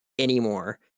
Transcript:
anymore